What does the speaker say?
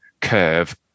curve